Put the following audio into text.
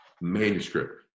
manuscript